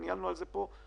וניהלנו על זה פה דיונים